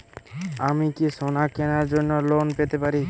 আমি কি সোনা কেনার জন্য লোন পেতে পারি?